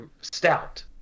stout